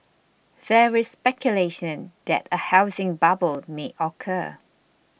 there is speculation that a housing bubble may occur